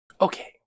Okay